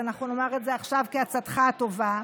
אנחנו נאמר את זה עכשיו, כעצתך הטובה.